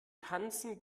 tanzen